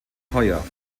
teuer